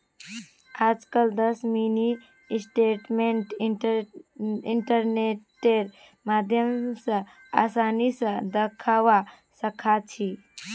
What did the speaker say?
आजकल दस mini statement इन्टरनेटेर माध्यम स आसानी स दखवा सखा छी